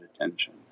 attention